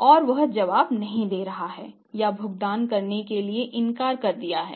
और वह जवाब नहीं दे रहा है या भुगतान करने से इनकार कर दिया है